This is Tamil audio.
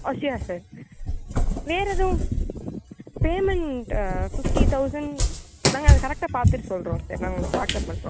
ஓ ஷோர் சார் வேறேதுவும் பேமெண்ட்டு ஃபிஃப்ட்டி தௌசண்ட் நாங்கள் அதை கரெக்ட்டாக பார்த்துட்டு சொல்கிறோம் சார் நாங்கள் உங்களுக்கு வாட்ஸப் பண்ணுறோம்